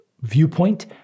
viewpoint